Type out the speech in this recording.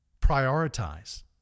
prioritize